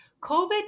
covid